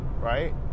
right